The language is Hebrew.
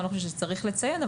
ואני לא חושבת שצריך לציין אותו,